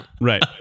Right